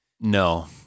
No